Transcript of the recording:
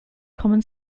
common